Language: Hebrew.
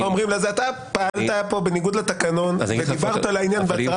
אתה פעלת פה בניגוד לתקנון ודיברת לעניין בהצהרת הפתיחה.